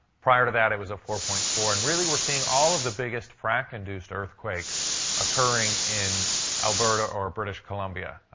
prior to that, it was a four point four. and really we're seeing all of the biggest frac-induced earthquakes occurring in alberta or british columbia.